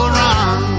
run